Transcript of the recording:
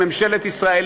לממשלת ישראל,